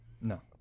No